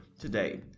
today